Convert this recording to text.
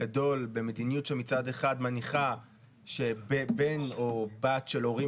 הגדול במדיניות שמצד אחד מניחה שבן או בת של הורים